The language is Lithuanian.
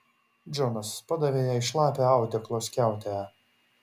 džonas padavė jai šlapią audeklo skiautę